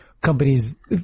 companies